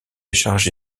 chargé